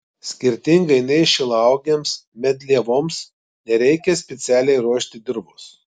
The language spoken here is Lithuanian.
skirtingai nei šilauogėms medlievoms nereikia specialiai ruošti dirvos